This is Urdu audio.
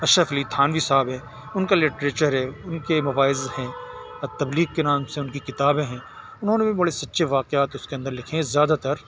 اشرف علی تھانوی صاحب ہیں ان کا لٹریچر ہے ان کے مواعظ ہیں اور تبلیغ کے نام سے ان کی کتابیں ہیں انہوں نے بھی بڑے سچے واقعات اس کے اندر لکھے ہیں زیادہ تر